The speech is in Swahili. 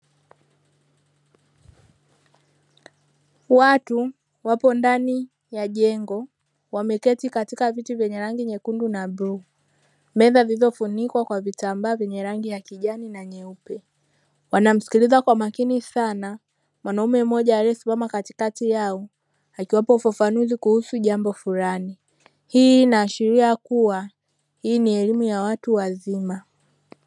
Watu wapo ndani ya jengo wameketi katika viti vyenye rangi nyekundu na bluu, meza zilizofunikwa kwa vitambaa vyenye rangi ya kijani na nyeupe. Wanamsikiliza kwa makini sana mwanaume mmoja aliyesimama katikati yao akiwapa ufafanuzi kuhusu jambo fulani. Hii inaashiria kuwa hii ni elimu ya watu wazima.